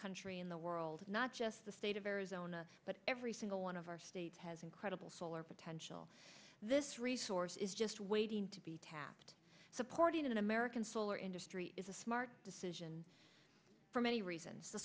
country in the world not just the state of arizona but every single one of our states has incredible solar potential this resource is just waiting to be tapped supporting an american solar industry is a smart decision for many reasons the